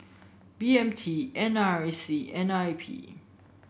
B M T N R I C and I P